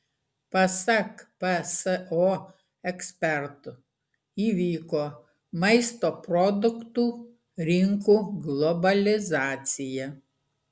pasak pso ekspertų įvyko maisto produktų rinkų globalizacija